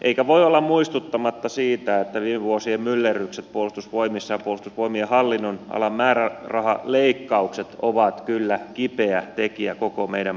enkä voi olla muistuttamatta siitä että viime vuosien myllerrykset puolustusvoimissa ja puolustusvoimien hallinnonalan määrärahaleikkaukset ovat kyllä kipeä tekijä koko meidän puolustuksessamme